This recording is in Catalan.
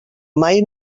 mai